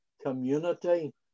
community